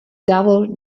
double